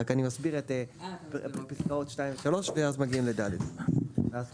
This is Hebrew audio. רק אני מסביר את פסקאות (2) ו-(3) ואז מגיעים ל-(ד) ואז תוסיף.